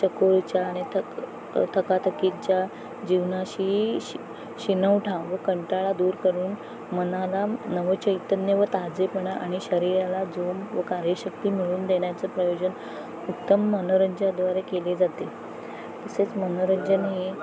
चकोरच्या आणि धक धकाधकीच्या जीवनाशी शिणवठा व कंटाळा दूर करून मनाला नवचैतन्य व ताजेपणा आणि शरीराला जोम व कार्यशक्ती मिळून देण्याचं प्रयोजन उत्तम मनोरंजनाद्वारे केली जाते तसेच मनोरंजन हे